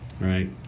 Right